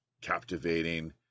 captivating